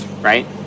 right